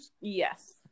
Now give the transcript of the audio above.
Yes